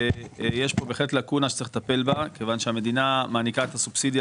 יש פה בהחלט לקונה שצריך לטפל בה כיוון שהמדינה מעניקה את הסובסידיה